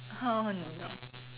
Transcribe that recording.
oh no